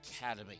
Academy